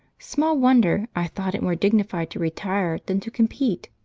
small wonder i thought it more dignified to retire than to compete,